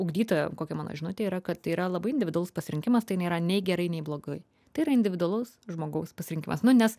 ugdytoja kokia mano žinutė yra kad tai yra labai individualus pasirinkimas tai nėra nei gerai nei blogai tai yra individualaus žmogaus pasirinkimas nu nes